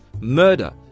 murder